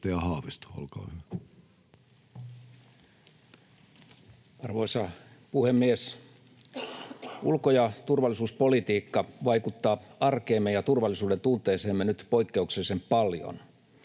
Arvoisa puhemies! Ulko- ja turvallisuuspolitiikka vaikuttaa arkeemme ja turvallisuudentunteeseemme nyt poikkeuksellisen paljon.